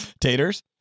Taters